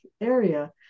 area